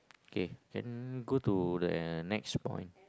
okay then go to the next point